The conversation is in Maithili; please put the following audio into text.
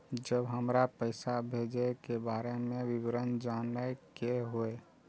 जब हमरा पैसा भेजय के बारे में विवरण जानय के होय?